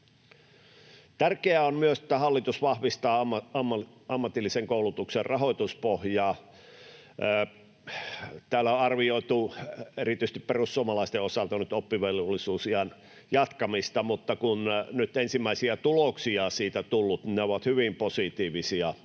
Tärkeää on myös, että hallitus vahvistaa ammatillisen koulutuksen rahoituspohjaa. Täällä on arvioitu erityisesti perussuomalaisten osalta nyt oppivelvollisuusiän jatkamista, mutta kun nyt ensimmäisiä tuloksia siitä on tullut, ne ovat hyvin positiivisia